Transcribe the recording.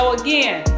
again